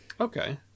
okay